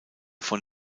von